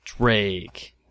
Drake